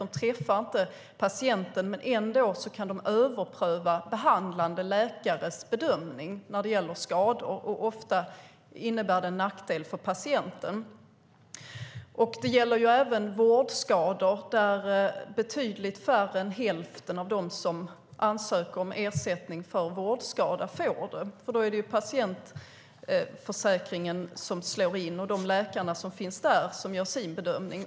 De träffar inte patienten men kan ändå överpröva behandlande läkares bedömning beträffande skador, vilket ofta är till nackdel för patienten. Det gäller också vårdskador där betydligt färre än hälften av dem som ansöker om ersättning för vårdskada får det. Då är det patientförsäkringen som går in, och de läkare som finns där gör sin bedömning.